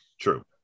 True